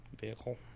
Vehicle